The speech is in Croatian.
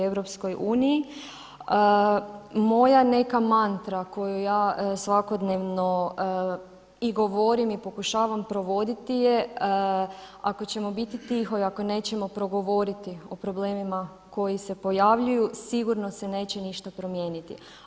Moja neka mantra koju ja svakodnevno i govorim i pokušavam provoditi je, ako ćemo biti tiho i ako nećemo progovoriti o problemima koji se pojavljuju, sigurno se neće ništa promijeniti.